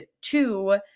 two